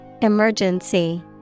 Emergency